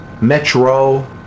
Metro